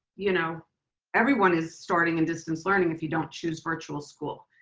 you know everyone is starting in distance learning if you don't choose virtual school.